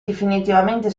definitivamente